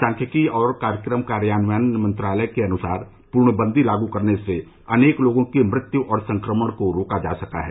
सांख्यिकी और कार्यक्रम कार्यान्वयन मंत्रालय के अनुसार पूर्णबंदी लागू करने से अनेक लोगों की मृत्यु और संक्रमण को रोका जा सका है